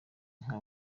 nka